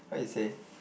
how he say